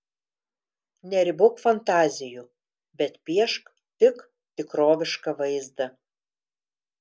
neribok fantazijų bet piešk tik tikrovišką vaizdą